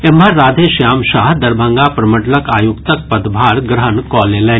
एम्हर राधेश्याम साह दरभंगा प्रमंडलक आयुक्तक पदभार ग्रहण कऽ लेलनि